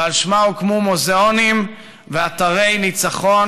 ועל שמה הוקמו מוזיאונים ואתרי ניצחון